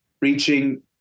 reaching